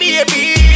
Baby